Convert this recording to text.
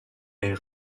est